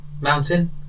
mountain